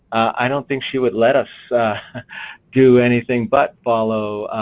i don't think she would let us do anything but follow